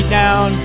down